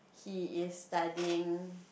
he is studying